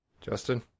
Justin